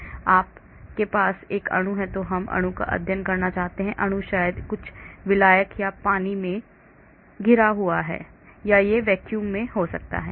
इसलिए यदि आपके पास एक अणु है तो हम अणु का अध्ययन करना चाहते हैं अणु शायद कुछ विलायक या पानी से घिरा हुआ है या यह वैक्यूम में हो सकता है